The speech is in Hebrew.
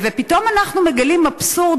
פתאום אנחנו מגלים אבסורד,